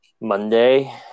Monday